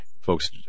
Folks